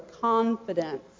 confidence